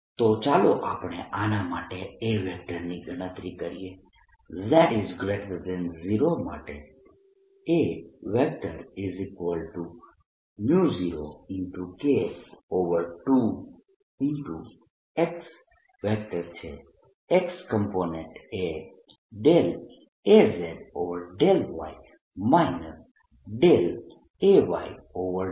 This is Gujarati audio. તો ચાલો આપણે આના માટે A ની ગણતરી કરીએ z0 માટે A0 K2 x છે x કોમ્પોનેન્ટ એ Az∂y Ay∂zછે